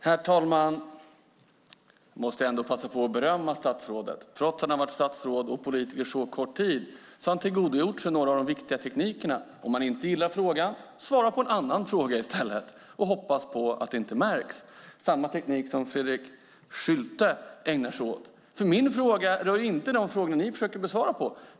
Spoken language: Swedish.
Herr talman! Jag måste ändå passa på att berömma statsrådet. Trots att han har varit statsråd och politiker under så kort tid har han tillgodogjort sig några av de viktiga teknikerna. Om man inte gillar frågan svarar man på en annan fråga i stället och hoppas på att det inte märks - samma teknik som Fredrik Schulte ägnar sig åt. Min fråga rör nämligen inte de frågor ni försöker svara på.